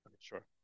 sure